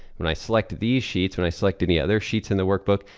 when i select these sheets, when i select any other sheets in the workbook,